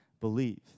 believe